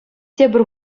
тепӗр